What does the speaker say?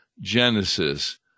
genesis